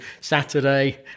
Saturday